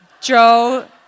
Joe